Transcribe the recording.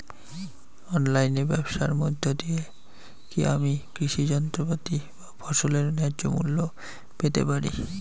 অনলাইনে ব্যাবসার মধ্য দিয়ে কী আমি কৃষি যন্ত্রপাতি বা ফসলের ন্যায্য মূল্য পেতে পারি?